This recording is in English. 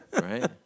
Right